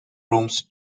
rooms